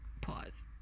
pause